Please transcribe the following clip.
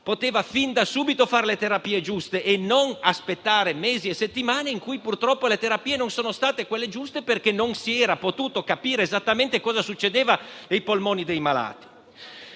praticare fin da subito le terapie giuste, senza aspettare mesi e settimane, in cui purtroppo non sono state fatte quelle giuste, perché non si era potuto capire esattamente cosa succedeva nei polmoni dei malati.